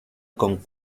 con